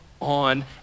on